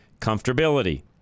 comfortability